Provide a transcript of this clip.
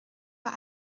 war